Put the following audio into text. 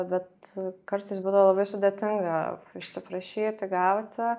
bet kartais būdavo labai sudėtinga išsiprašyti gauti